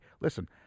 Listen